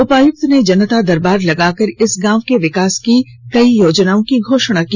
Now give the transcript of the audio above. उपायुक्त ने जनता दरबार लगाकर उस गांव के विकास की कई योजनाओं की घोषणा की